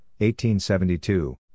1872